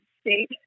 state